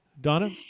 Donna